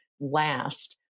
last